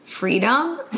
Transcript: freedom